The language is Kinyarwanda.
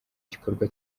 gikorwa